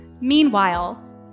Meanwhile